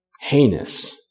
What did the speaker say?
heinous